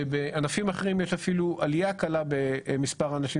ובענפים אחרים יש אפילו עליה קלה במספר האנשים